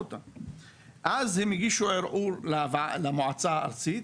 אז הם הגישו ערעור למועצה הארצית,